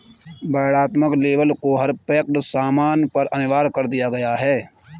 वर्णनात्मक लेबल को हर पैक्ड सामान पर अनिवार्य कर दिया गया है